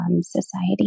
society